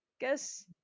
guess